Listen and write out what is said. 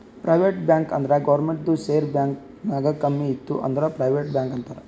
private bank ಅಂದುರ್ ಗೌರ್ಮೆಂಟ್ದು share bank ನಾಗ್ ಕಮ್ಮಿ ಇತ್ತು ಅಂದುರ್ ಪ್ರೈವೇಟ್ ಬ್ಯಾಂಕ್ ಅಂತಾರ್